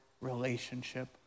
relationship